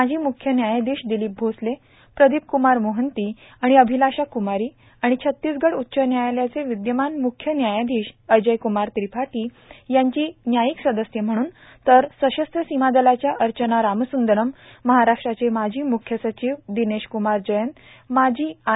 माजी म्ख्य न्यायाधीश दिलीप भोसले प्रदिप कुमार मोहंती आणि अभिलाशाकुमारी आणि छत्तीसगड उच्चन्यायालयाचे विदयमान मुख्य न्यायाधीश अजयकुमार त्रिपाठी यांची न्यायीक सदस्य म्हणून तर सशस्त्र सीमादलाच्या अर्चना रामसंदरम महाराष्ट्राचे माजी म्ख्यसचिव दिनेश कुमार जयंत माजी आय